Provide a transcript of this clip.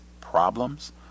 problems